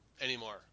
anymore